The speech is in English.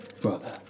brother